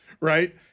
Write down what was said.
right